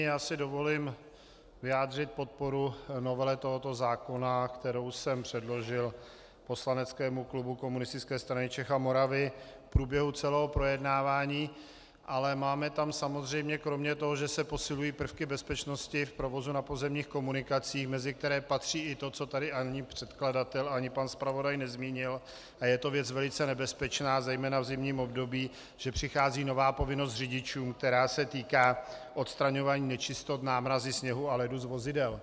Já si dovolím vyjádřit podporu novele tohoto zákona, kterou jsem předložil poslaneckému klubu Komunistické strany Čech a Moravy v průběhu celého projednávání, ale máme tam samozřejmě kromě toho, že se posilují prvky bezpečnosti v provozu na pozemních komunikacích, mezi které patří i to, co tady ani předkladatel ani pan zpravodaj nezmínil, a je to věc velice nebezpečná zejména v zimním období, že přichází nová povinnost řidičů, která se týká odstraňování nečistot, námrazy, sněhu a ledu z vozidel.